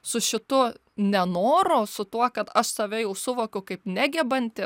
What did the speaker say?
su šitu nenoro su tuo kad aš save jau suvokiu kaip negebantį